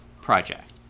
Project